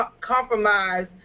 compromise